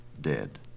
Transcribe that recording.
dead